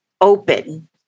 open